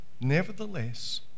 nevertheless